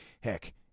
Heck